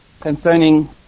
concerning